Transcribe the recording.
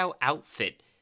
outfit